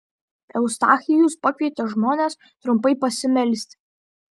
eustachijus pakvietė žmones trumpai pasimelsti